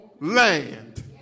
land